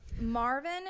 Marvin